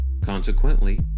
Consequently